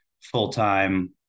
full-time